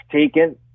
taken